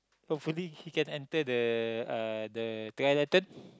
hopefully he can enter the uh the triathlon